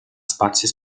spazio